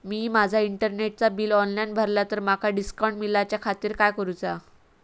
मी माजा इंटरनेटचा bill online भरला तर माका डिस्काउंट मिलाच्या खातीर काय करुचा?